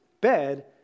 bed